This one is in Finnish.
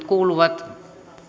kuuluvat